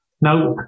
Now